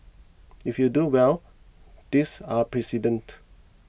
if you do well these are precedents